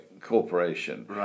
Corporation